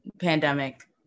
pandemic